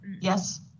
Yes